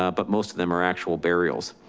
ah but most of them are actual burials.